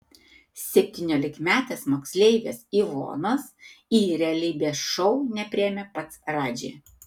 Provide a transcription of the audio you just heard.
septyniolikmetės moksleivės ivonos į realybės šou nepriėmė pats radži